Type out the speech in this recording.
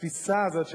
התפיסה הזאת,